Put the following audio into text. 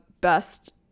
best